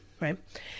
right